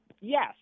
Yes